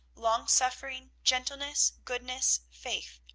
long-suffering, gentleness, goodness, faith.